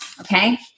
Okay